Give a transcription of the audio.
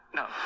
no